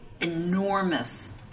enormous